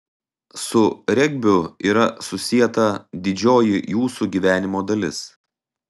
su regbiu yra susieta didžioji jūsų gyvenimo dalis